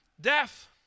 death